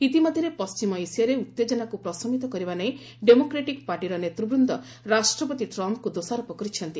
ଇତିମଧ୍ୟରେ ପଶ୍ଚିମ ଏସିଆରେ ଉତ୍ତେଜନାକୁ ପ୍ରଶମିତ କରିବା ନେଇ ଡେମୋକ୍ରାଟିକ୍ ପାଟିର ନେତୃବୃନ୍ଦ ରାଷ୍ଟ୍ରପତି ଟ୍ରମ୍ପଙ୍କୁ ଦୋଷାରୋପ କରିଛନ୍ତି